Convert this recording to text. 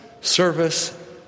service